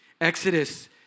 Exodus